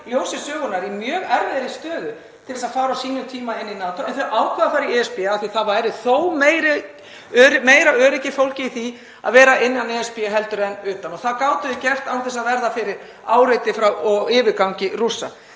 ljósi sögunnar í mjög erfiðri stöðu til að fara á sínum tíma inn í NATO, en ákvað að fara í ESB af því að það væri þó meira öryggi fólgið í því að vera innan ESB heldur en utan. Það gátu þeir gert án þess að verða fyrir áreiti og yfirgangi Rússa.